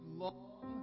long